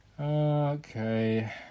Okay